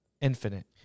infinite